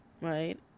right